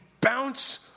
bounce